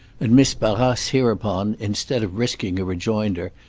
and miss barrace hereupon, instead of risking a rejoinder,